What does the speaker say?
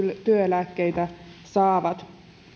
työeläkkeitä saavat